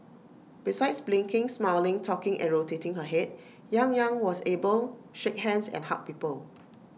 besides blinking smiling talking and rotating her Head yang Yang was able shake hands and hug people